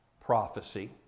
prophecy